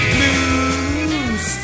Blues